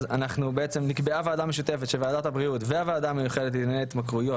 אז נקבעה משותפת של ועדת הבריאות והוועדה המיוחדת לענייני התמכרויות,